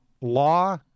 Law